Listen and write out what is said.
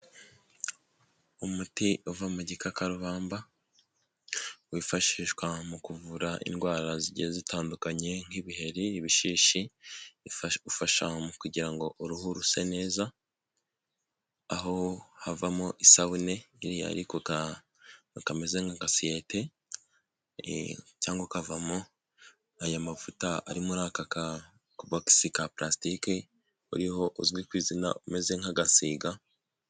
Umuti uva mu gikakarubamba wifashishwa mu kuvura indwara zigiye zitandukanye nk'ibiheri, ibishishi ufasha kugira ngo uruhu ruse neza aho havamo isabuneiriya iri ku kameze nk'agasiyete cyangwa ukavamo aya mavuta ari muri aka kabokisi ka purasitike uriho uzwi ku izina umeze nk'agasiga.